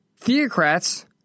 theocrats